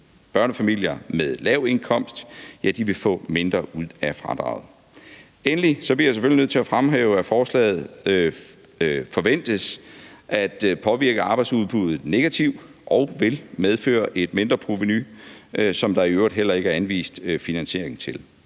Børnefamilier med en lav indkomst vil få mindre ud af fradraget. Endelig bliver jeg selvfølgelig nødt til at fremhæve, at forslaget forventes at påvirke arbejdsudbuddet negativt og vil medføre et mindreprovenu, som der i øvrigt heller ikke er anvist finansiering til.